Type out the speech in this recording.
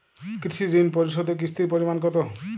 কৃষি ঋণ পরিশোধের কিস্তির পরিমাণ কতো?